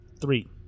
Three